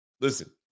listen